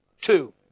two